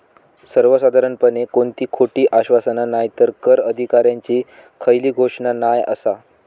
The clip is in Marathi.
सर्वसाधारणपणे कोणती खोटी आश्वासना नायतर कर अधिकाऱ्यांची खयली घोषणा नाय आसा